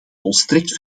volstrekt